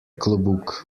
klobuk